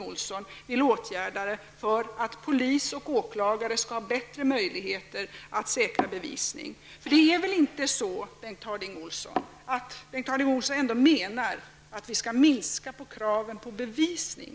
Olson vill åtgärda för att polis och åklagare skall ha bättre möjligheter att säkra bevisning? Bengt Harding Olson menar väl ändå inte att vi skall minska på kraven på bevisning?